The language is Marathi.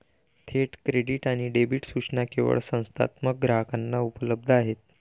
थेट क्रेडिट आणि डेबिट सूचना केवळ संस्थात्मक ग्राहकांना उपलब्ध आहेत